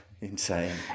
Insane